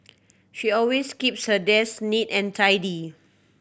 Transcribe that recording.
she always keeps her desk neat and tidy